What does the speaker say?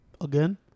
again